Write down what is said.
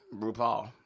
RuPaul